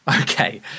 Okay